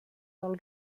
del